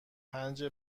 پنج